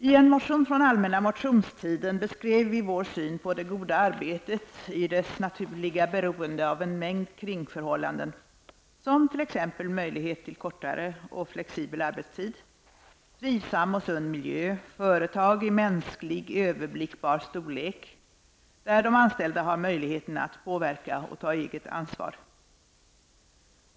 I en motion från allmänna motionstiden beskrev vi vår syn på det goda arbetet i dess naturliga beroende av en mängd kringförhållanden, t.ex. möjlighet till kortare och flexibel arbetstid, trivsam och sund miljö, företag i mänsklig, överblickbar storlek, där de anställda har möjlighet att påverka och ta eget ansvar.